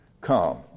come